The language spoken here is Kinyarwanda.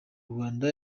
rwanda